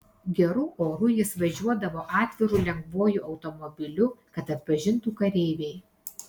geru oru jis važiuodavo atviru lengvuoju automobiliu kad atpažintų kareiviai